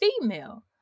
female